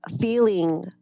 feeling